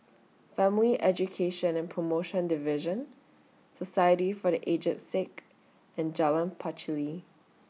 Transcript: Family Education and promotion Division Society For The Aged Sick and Jalan Pacheli